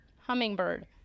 Hummingbird